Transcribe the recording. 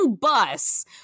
bus